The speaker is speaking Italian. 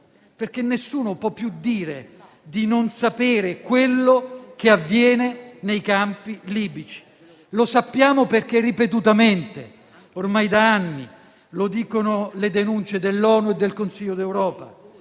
perché nessuno può più dire di non sapere quello che avviene nei campi libici. Lo sappiamo, perché ripetutamente, ormai da anni, lo dicono le denunce dell'ONU e del Consiglio d'Europa,